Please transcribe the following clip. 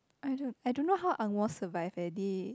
I don't I don't know how angmoh survive eh they